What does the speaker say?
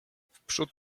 wprzód